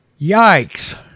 Yikes